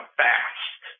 fast